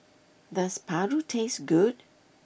does Paru taste good